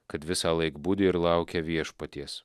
kad visąlaik budi ir laukia viešpaties